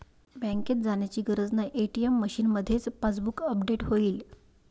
बँकेत जाण्याची गरज नाही, ए.टी.एम मशीनमध्येच पासबुक अपडेट होईल